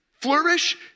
flourish